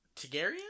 Targaryen